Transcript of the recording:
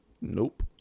nope